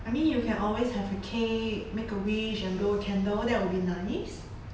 I mean you can always have a cake make a wish and blow candle that would be nice